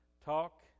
talk